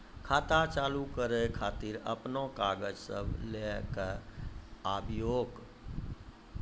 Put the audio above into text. खाता चालू करै खातिर आपन कागज सब लै कऽ आबयोक?